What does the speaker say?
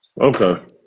Okay